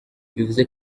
bivuze